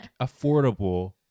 affordable